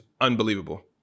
unbelievable